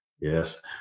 yes